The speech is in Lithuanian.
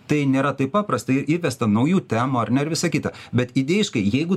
tai nėra taip paprastai ir įvesta naujų temų ar visa kita bet idėjiškai jeigu